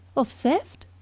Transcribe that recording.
of theft?